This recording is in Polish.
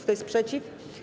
Kto jest przeciw?